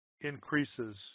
increases